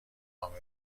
کامل